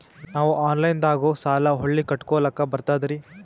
ನಾವು ಆನಲೈನದಾಗು ಸಾಲ ಹೊಳ್ಳಿ ಕಟ್ಕೋಲಕ್ಕ ಬರ್ತದ್ರಿ?